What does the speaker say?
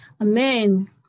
Amen